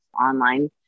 online